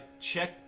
Check